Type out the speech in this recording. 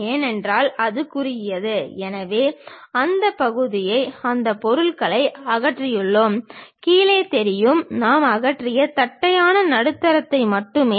ஏனென்றால் அது குறுகியது எனவே அந்த பகுதியை அந்த பொருளை அகற்றியுள்ளோம் கீழே தெரியும் நாம் அகற்றிய தட்டையான நடுத்தரத்தை மட்டுமே